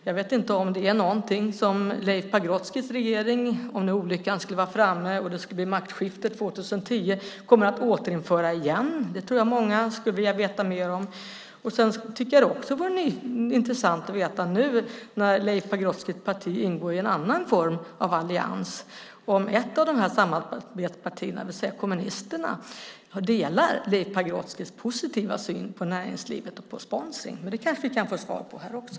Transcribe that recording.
Jag vet inte om det är någonting som Leif Pagrotskys regering, om nu olyckan skulle vara framme och det skulle bli maktskifte 2010, kommer att återinföra. Det tror jag att många skulle vilja veta mer om. Jag tycker att det också vore intressant att veta, nu när Leif Pagrotskys parti ingår i en annan form av allians, om ett av de här samarbetspartierna, det vill säga kommunisterna, delar Leif Pagrotskys positiva syn på näringslivet och på sponsring. Det kanske vi kan få svar på här också.